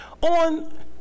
On